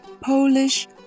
Polish